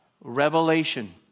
Revelation